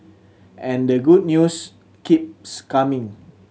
and the good news keeps coming